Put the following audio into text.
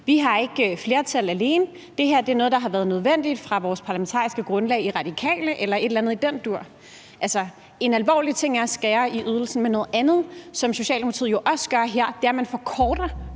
Vi har ikke flertal alene; det her er noget, der har været nødvendigt for vores parlamentariske grundlag De Radikale – eller et eller andet i den dur. Altså, en alvorlig ting er at skære i ydelsen, men noget andet, som Socialdemokratiet jo også gør her, er, at man forkorter